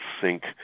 sync